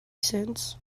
cents